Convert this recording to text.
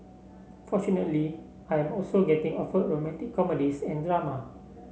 fortunately I am also getting offered romantic comedies and drama